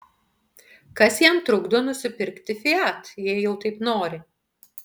kas jam trukdo nusipirkti fiat jei jau taip nori